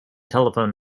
telephone